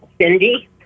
Cindy